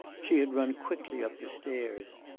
she had run quickly up the stairs.